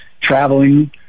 traveling